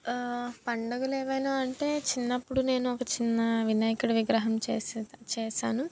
పండగలు ఏవైనా అంటే చిన్నప్పుడు నేను ఒక చిన్న వినాయకుడి విగ్రహం చేసేదా చేసాను